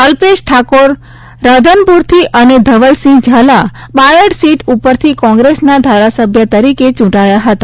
અલ્પેશ ઠાકોરસ રાધનપુરથી અને ધવલસિંહ ઝાલા બાયડ સીટ ઉપરથી કોંગ્રેસના દારાસભ્ય તરીકે ચૂંટાયા હતા